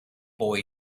boy